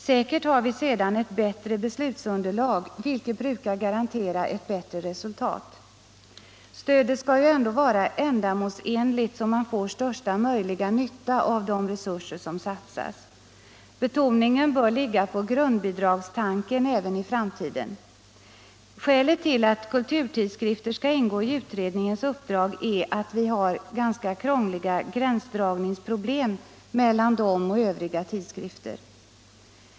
Säkert har vi sedan ett bättre beslutsunderlag, vilket brukar garantera ett bättre resultat. Stödet skall ju ändå vara ändamålsenligt, så att man får största möjliga nytta av de resurser som satsas. Betoningen bör ligga på grundbidragstanken även i framtiden. Skälet till att kulturtidskrifter skall ingå i utredningens uppdrag är att vi har ganska krångliga gränsdragningsproblem mellan dem och övriga tidskrifter.